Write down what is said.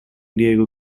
diego